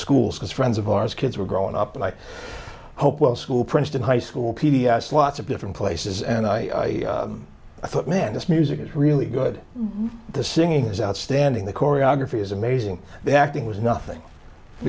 schools because friends of ours kids were growing up and i hope well school princeton high school p d s lots of different places and i thought man this music is really good the singing is outstanding the choreography is amazing the acting was nothing to